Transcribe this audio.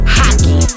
hockey